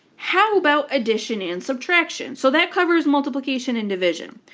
how about addition and subtraction? so that covers multiplication and division.